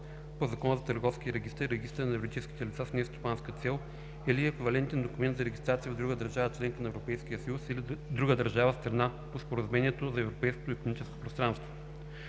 по Закона за търговския регистър и регистъра на юридическите лица с нестопанска цел или еквивалентен документ за регистрация в друга държава – членка на Европейския съюз, или друга държава – страна по Споразумението за Европейското икономическо пространство,